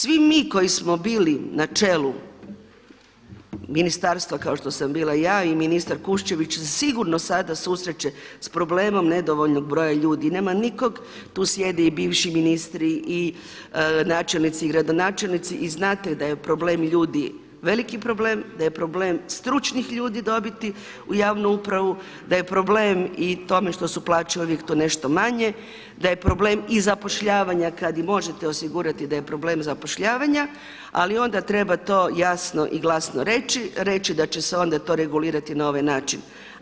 Svi mi koji smo bili na čelu ministarstva kao što sam bila ja i ministar Kuščević, se sigurno sada susreće sa problemom nedovoljnog broja ljudi i nema nikog, tu sjede i bivši ministri i načelnici i gradonačelnici i znate da je problem ljudi veliki problem, da je problem stručnih ljudi dobiti u javnu upravu, da je problem i tome što su plaće uvijek tu nešto manje, da je problem i zapošljavanja kada i možete osigurati da je problem zapošljavanja ali onda treba to jasno i glasno reći, reći da će se onda to regulirati na ovaj način.